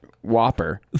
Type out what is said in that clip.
Whopper